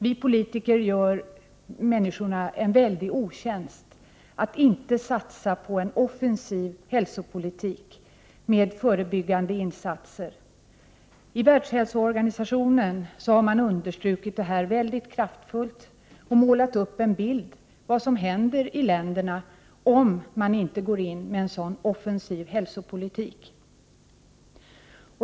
Vi politiker gör människorna en väldigt stor otjänst med att inte satsa på en offensiv hälsopolitik med förebyggande insatser. I Världshälsoorganisationen har man understrukit detta väldigt kraftfullt och målat upp en bild av vad som kommer att hända i olika länder om man inte går in för en offensiv hälsopolitik.